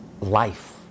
life